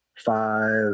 five